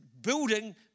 building